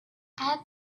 add